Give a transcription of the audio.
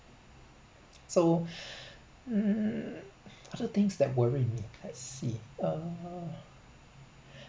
so um other things that worry me let's see uh